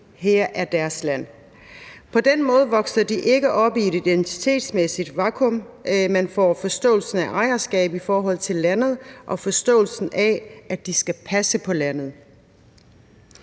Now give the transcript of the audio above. her er deres land. På den måde vokser de ikke op i et identitetsmæssigt vakuum, men får forståelse af ejerskab i forhold til landet og forståelsen af, at de skal passe på landet.